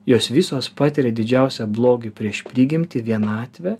jos visos patiria didžiausią blogį prieš prigimtį vienatvę